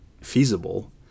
feasible